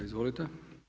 Izvolite.